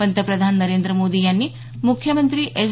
पंतप्रधान नरेंद्र मोदी यांनी मुख्यमंत्री एस